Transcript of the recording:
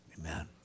amen